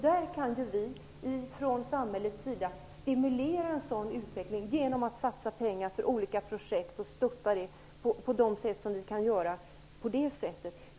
Där kan vi från samhällets sida stimulera utvecklingen genom att satsa pengar på olika projekt och stötta på det sättet.